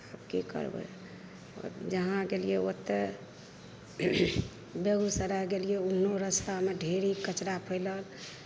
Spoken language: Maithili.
आब की करबै जहांँ गेलियै ओतऽ बेगुसराय गेलियै ओनहो रस्तामे ढेरिक कचरा फैलल